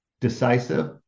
decisive